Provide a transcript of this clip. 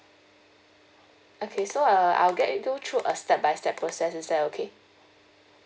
okay so I'll I'll guide you do through a step by step process is that okay